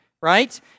right